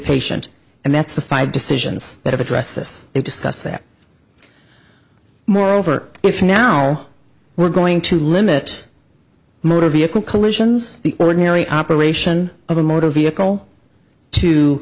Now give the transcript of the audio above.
patient and that's the five decisions that address this discuss that moreover if now we're going to limit motor vehicle collisions the ordinary operation of a motor vehicle to